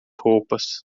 roupas